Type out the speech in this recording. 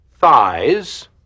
thighs